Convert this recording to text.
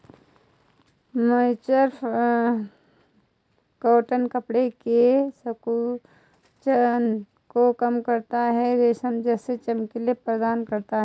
mercerised cotton कपड़े के संकोचन को कम करता है, रेशम जैसी चमक प्रदान करता है